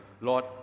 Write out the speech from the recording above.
lord